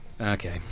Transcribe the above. okay